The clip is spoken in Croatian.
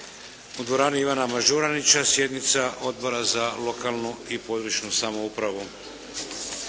u dvorani "Ivana Mažuranića" sjednica Odbora za lokalnu i područnu samoupravu.